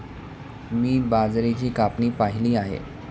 मी बाजरीची कापणी पाहिली आहे